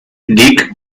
dick